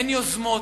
אין יוזמות,